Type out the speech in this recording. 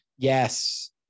Yes